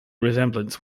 resemblance